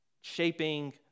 shaping